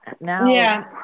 Now